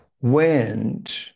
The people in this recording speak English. went